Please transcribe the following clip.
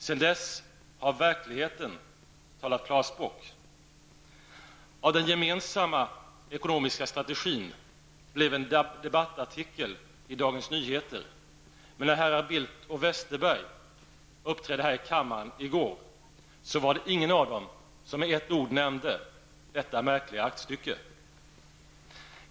Sedan dess har verkligheten talat klarspråk. Av den gemensamma ekonomiska strategin blev en debattartikel i Dagens Nyheter. Men när herrar Bildt och Westerberg uppträdde här i kammaren i går nämnde ingen av dem med ett ord detta märkliga aktstycke.